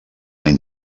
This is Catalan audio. any